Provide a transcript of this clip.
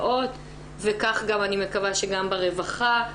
לנפגעות וכך גם אני מקווה שגם ברווחה,